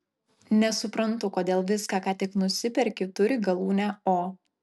nesuprantu kodėl viskas ką tik nusiperki turi galūnę o